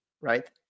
right